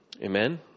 Amen